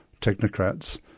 technocrats